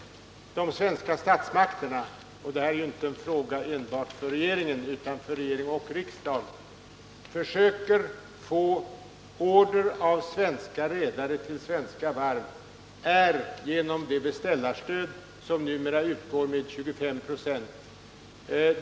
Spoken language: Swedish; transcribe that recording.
De svenska statsmakterna — det här är ju inte en fråga för enbart regeringen utan för regering och riksdag — försöker få svenska redare att placera order på svenska varv genom det beställarstöd som numera utgår med 25 96.